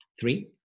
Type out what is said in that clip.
three